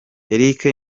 eric